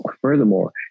Furthermore